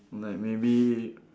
like maybe